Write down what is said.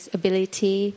ability